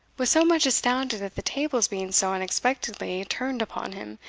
was so much astounded at the tables being so unexpectedly turned upon him,